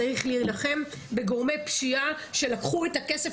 צריך להילחם בגורמי פשיעה שלקחו את הכסף